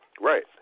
right